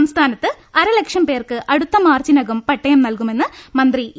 സംസ്ഥാനത്ത് അരലക്ഷംപേർക്ക് അടുത്ത മാർച്ചിനകം പട്ടയം നൽകുമെന്ന് മന്ത്രി ഇ